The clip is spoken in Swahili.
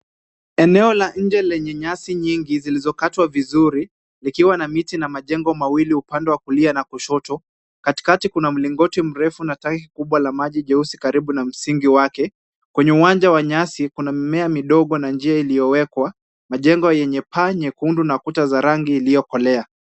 Eneo la nje lenye nyasi nyingi zilizokatwa vizuri likiwa na miti na majengo mawili upande wa kulia na kushoto. Katikati kuna mlingoti mrefu na tanki kubwa la maji jeusi karibu na msingi wake. Kwenye uwanja wa nyasi kuna mimea midogo na njia iliyowekwa majengo yenye paa nyekundu na kuta za rangi iliyokolea.